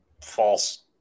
false